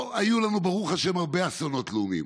לא היו לנו, ברוך השם, הרבה אסונות לאומיים.